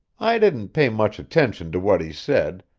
i didn't pay much attention to what he said,